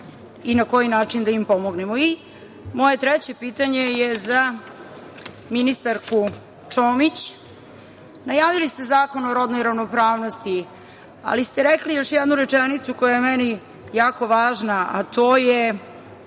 i na koji način da im pomognemo. Moje treće pitanje je za ministarku Čomić. Najavili ste zakon o rodnoj ravnopravnosti, ali ste rekli jednu rečenicu koja je meni jako važna, a to je